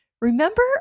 Remember